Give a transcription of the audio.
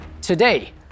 Today